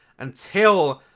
until,